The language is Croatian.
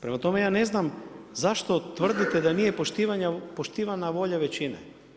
Prema tome, ja ne znam zašto tvrdite da nije poštivana volja većine.